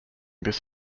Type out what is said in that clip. this